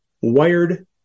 wired